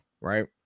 right